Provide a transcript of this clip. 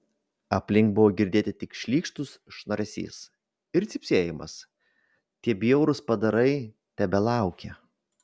aplink buvo girdėti tik šlykštus šnaresys ir cypsėjimas tie bjaurūs padarai tebelaukė